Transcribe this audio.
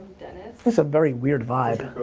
dennis. that's a very weird vibe.